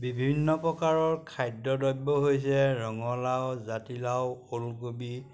বিভিন্ন প্ৰকাৰৰ খাদ্য দ্ৰব্য হৈছে ৰঙালাও জাতিলাও ওলকবি